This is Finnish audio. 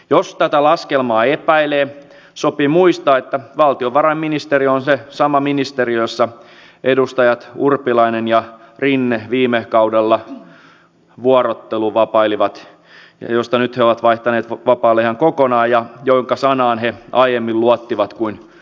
jos tätä laskelmaa epäilee sopii muistaa että valtiovarainministeriö on se sama ministeriö jossa edustajat urpilainen ja rinne viime kaudella vuorotteluvapailivat ja josta he nyt ovat vaihtaneet vapaalle ihan kokonaan ja jonka sanaan he aiemmin luottivat kuin peruskallioon